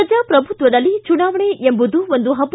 ಪ್ರಜಾಪ್ರಭುತ್ವದಲ್ಲಿ ಚುನಾವಣೆ ಎಂಬುದು ಒಂದು ಹಬ್ಬ